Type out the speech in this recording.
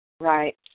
Right